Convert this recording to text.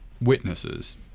witnesses